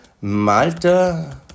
Malta